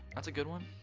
that's a good one.